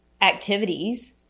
activities